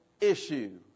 issue